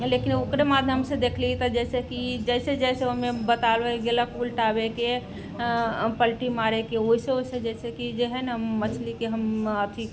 लेकिन ओकरे माध्यमसँ देखली तऽ जैसे कि जैसे जैसे ओइमे बताबेल गेलक उलटाबैके अऽ पल्टी मारैके ओइसे ओइसे जैसे जे कि हय ने मछलीके हम अथी